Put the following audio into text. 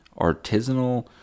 artisanal